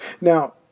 Now